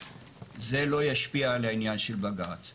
זה לא ישפיע על העניין של בג"צ.